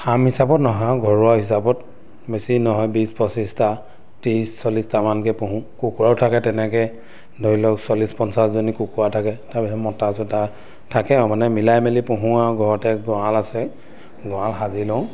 খাম হিচাপত নহয় ঘৰুৱা হিচাপত বেছি নহয় বিছ পঁচিছটা ত্ৰিছ চল্লিছটামানকৈ পোহোঁ কুকুৰাও থাকে তেনেকৈ ধৰি লওক চল্লিছ পঞ্চাছজনী কুকুৰা থাকে তাৰপিছত মতা চতা থাকে আৰু মানে মিলাই মেলি পোহোঁ আৰু ঘৰতে গড়াল আছে গড়াল সাজি লওঁ